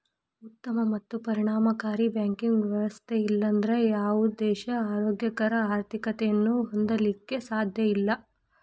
ಉತ್ತಮ ಮತ್ತು ಪರಿಣಾಮಕಾರಿ ಬ್ಯಾಂಕಿಂಗ್ ವ್ಯವಸ್ಥೆ ಇರ್ಲಾರ್ದ ಯಾವುದ ದೇಶಾ ಆರೋಗ್ಯಕರ ಆರ್ಥಿಕತೆಯನ್ನ ಹೊಂದಲಿಕ್ಕೆ ಸಾಧ್ಯಇಲ್ಲಾ